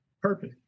Purpose